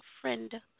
friend